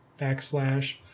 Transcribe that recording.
backslash